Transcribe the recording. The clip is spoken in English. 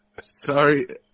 Sorry